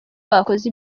bakoze